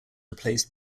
replaced